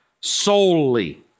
solely